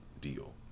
deal